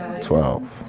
Twelve